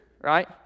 right